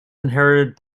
inherited